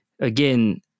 again